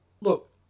Look